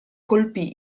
colpì